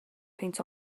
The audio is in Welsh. peint